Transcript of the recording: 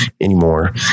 anymore